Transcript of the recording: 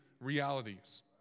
realities